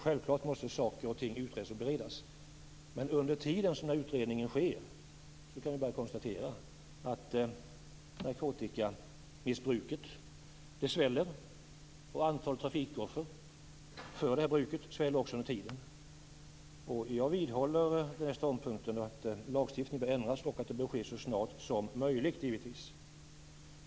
Självfallet måste saker och ting utredas och beredas, men under tiden som utredningen sker kan vi konstatera att narkotikamissbruket sväller och att antalet trafikoffer på grund av det här bruket stiger. Jag vidhåller den ståndpunkten att lagstiftningen bör ändras och att det givetvis bör ske så snart som möjligt.